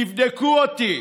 תבדקו אותי: